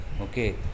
Okay